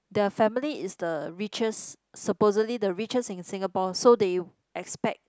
the family is the richest supposedly the richest in Singapore so they expect